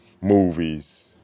movies